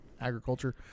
agriculture